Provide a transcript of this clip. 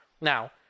Now